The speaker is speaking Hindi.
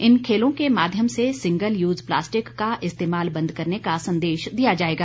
इन खेलों के माध्यम से सिंगल यूज प्लास्टिक का इस्तेमाल बंद करने का संदेश दिया जाएगा